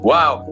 Wow